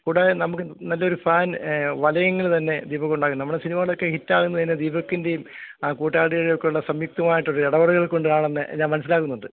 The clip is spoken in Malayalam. കൂടാതെ നമുക്ക് നല്ലൊരു ഫാൻ വലയങ്ങൾ തന്നെ ദീപക്കൊണ്ടാക്ക് നമ്മുടെ സിനിമകളൊക്കെ ഹിറ്റാകുന്നത് തന്നെ ദീപക്കിൻറ്റേയും കൂട്ടാളികളുടെയൊക്കെയുള്ള സംയുക്തമായിട്ട് ഒരിടപെടൽ കൊണ്ടാണെന്ന് ഞാൻ മനസ്സിലാക്കുന്നുണ്ട്